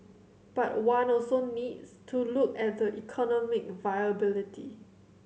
but one also needs to look at the economic viability